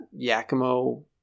Yakimo